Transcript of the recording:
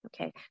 Okay